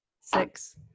Six